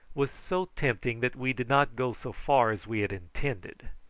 was so tempting that we did not go so far as we had intended.